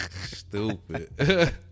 Stupid